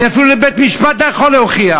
אפילו בבית-משפט אני לא יכול להוכיח.